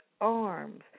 arms